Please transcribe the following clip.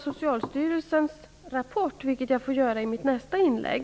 Socialstyrelsens rapport får jag återkomma till i mitt nästa inlägg.